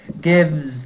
gives